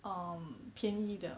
um 便宜的